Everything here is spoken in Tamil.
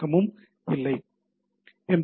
எனவே உடலில் உள்ளடக்கம் இல்லை என்று உள்ளது